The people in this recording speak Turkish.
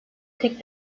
tek